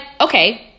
okay